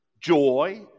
joy